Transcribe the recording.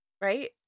Right